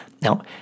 Now